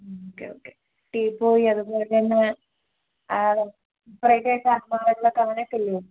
okay ഓക്കെടീ പോയി അതുപോലെ തന്നെ സപ്പറേറ്റ ആക്കെ അത്മാവിലൊക്കെ അങ്ങനെയൊക്കെ ഇല്ലോ